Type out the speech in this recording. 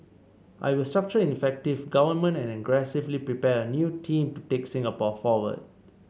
I will structure an effective government and aggressively prepare a new team to take Singapore forward